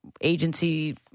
agency